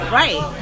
right